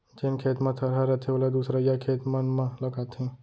जेन खेत म थरहा रथे ओला दूसरइया खेत मन म लगाथें